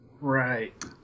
Right